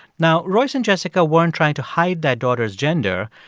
now, royce and jessica weren't trying to hide their daughter's gender.